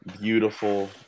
beautiful